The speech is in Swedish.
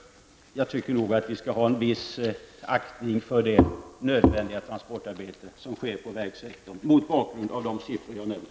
Jag tycker att vi skall ha en viss aktning för det nödvändiga transportarbete som sker på vägsektorn mot bakgrund av de siffror som jag nämnt.